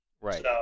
Right